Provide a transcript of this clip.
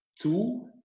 two